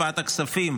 הכנסת זאב אלקין.